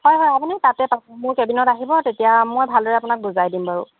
হয় হয় আপুনি তাতে পা মোৰ কেবিনত আহিব তেতিয়া মই ভালদৰে আপোনাক বুজাই দিম বাৰু